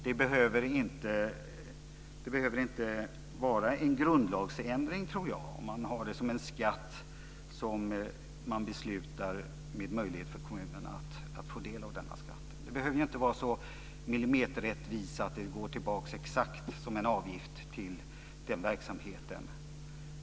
Det kräver inte någon grundlagsändring om man beslutar om en skatt och gör det möjligt för kommunerna att få del av denna skatt. Det behöver inte vara sådan millimeterrättvisa att den måste gå tillbaka exakt till den verksamheten.